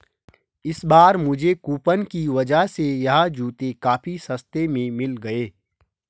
इस बार मुझे कूपन की वजह से यह जूते काफी सस्ते में मिल गए